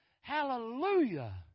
Hallelujah